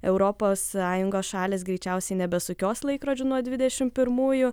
europos sąjungos šalys greičiausiai nebesukios laikrodžių nuo dvidešimt pirmųjų